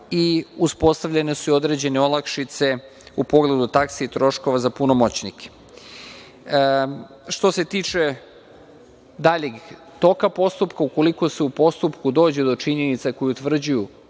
i uspostavljene su i određene olakšice u pogledu taksi i troškova za punomoćnike. Što se tiče daljeg toga postupka, ukoliko se u postupku dođe do činjenica koje utvrđuju